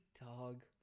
dog